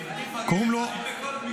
רון גם יכול לבוא אצלנו.